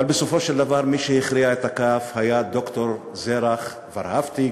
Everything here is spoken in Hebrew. אבל בסופו של דבר מי שהכריע את הכף היה ד"ר זרח ורהפטיג.